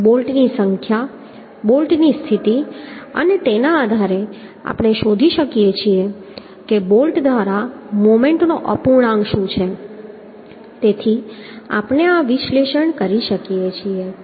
બોલ્ટની સંખ્યા બોલ્ટની સ્થિતિ અને તેના આધારે આપણે શોધી શકીએ છીએ કે બોલ્ટ દ્વારા મોમેન્ટનો અપૂર્ણાંક શું છે તેથી આપણે આ રીતે વિશ્લેષણ કરી શકીએ છીએ